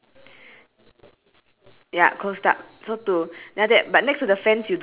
wait so ours first one is the duck I mean the chicken the two chicken there different on the bush